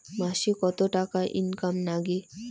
মাসে কত টাকা ইনকাম নাগে?